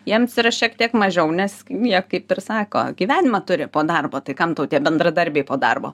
jiems yra šiek tiek mažiau nes jie kaip ir sako gyvenimą turi po darbo tai kam tau tie bendradarbiai po darbo